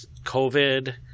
COVID